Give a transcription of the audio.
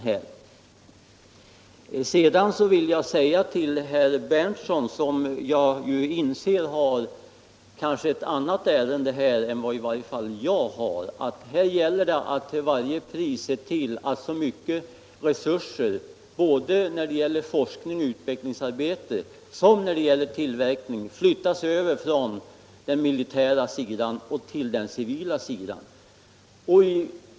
Jag inser att herr Berndtson har ett annat ärende här än vad i varje fall jag har. Det gäller för honom att till varje pris se till att så mycket resurser som möjligt, såväl när det gäller forskning och utvecklingsarbete som när det gäller tillverkning, flyttas över från den militära sidan till 55 den civila sidan.